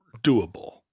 doable